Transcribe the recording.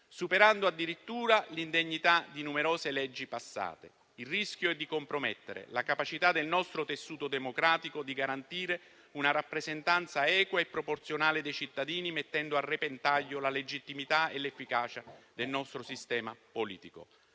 superando addirittura l'indegnità di numerose leggi passate. Il rischio è di compromettere la capacità del nostro tessuto democratico di garantire una rappresentanza equa e proporzionale dei cittadini, mettendo a repentaglio la legittimità e l'efficacia del nostro sistema politico.